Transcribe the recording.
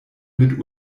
mit